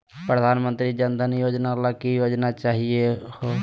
प्रधानमंत्री जन धन योजना ला की योग्यता चाहियो हे?